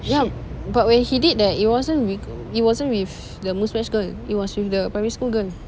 ya but when he did that it wasn't with it wasn't with the Muzmatch girl it was with the primary school girl